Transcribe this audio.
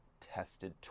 tested